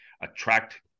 attract